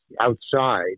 outside